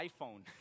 iPhone